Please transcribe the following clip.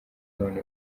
none